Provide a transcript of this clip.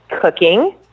cooking